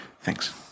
Thanks